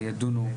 ידונו,